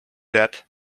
that